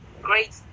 great